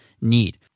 need